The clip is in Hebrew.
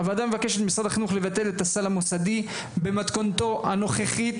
הוועדה מבקשת ממשרד החינוך לבטל את הסל המוסדי במתכונתו הנוכחית.